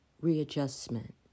readjustment